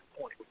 point